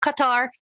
Qatar